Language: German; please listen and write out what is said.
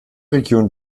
region